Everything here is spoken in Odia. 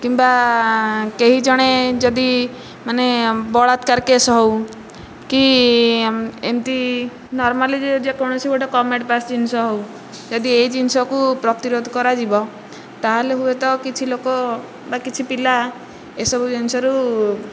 କିମ୍ବା କେହି ଜଣେ ଯଦି ମାନେ ବଳାତ୍କାର କେସ୍ ହେଉ କି ଏମତି ନର୍ମାଲି ଯେକୌଣସି ଜିନିଷ ଗୋଟିଏ କମେଣ୍ଟ ପାସ୍ ଜିନିଷ ହେଉ ଯଦି ଏଇ ଜିନଷକୁ ପ୍ରତିରୋଧ କରାଯିବ ତାହେଲେ ହୁଏତ କିଛି ଲୋକ ବା କିଛି ପିଲା ଏସବୁ ଜିନିଷରୁ